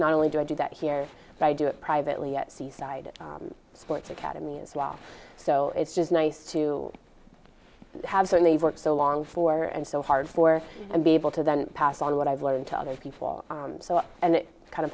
not only do i do that here but i do it privately at seaside sports academy as well so it's just nice to i have certainly worked so long for and so hard for and be able to then pass on what i've learned to other people so and it kind